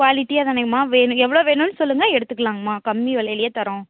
குவாலிட்டியாகதானேம்மா வேணும் எவ்வளோ வேணும்னு சொல்லுங்க எடுத்துக்கலாங்கம்மா கம்மி விலையிலே தரோம்